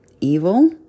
evil